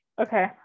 Okay